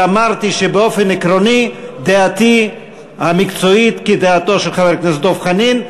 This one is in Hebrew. אמרתי שבאופן עקרוני דעתי המקצועית כדעתו של חבר הכנסת דב חנין.